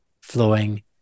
flowing